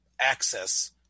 access